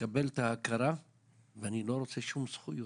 יקבל את ההכרה ואני לא רוצה שום זכויות.